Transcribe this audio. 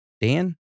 Dan